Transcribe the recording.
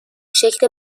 شکل